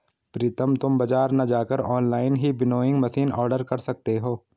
प्रितम तुम बाजार ना जाकर ऑनलाइन ही विनोइंग मशीन ऑर्डर कर सकते हो